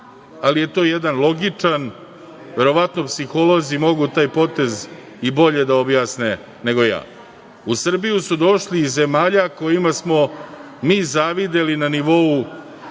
ali je to jedan logičan, verovatno psiholozi mogu taj potez i bolje da objasne nego ja.U Srbiju su došli iz zemalja kojima smo mi zavideli na nivou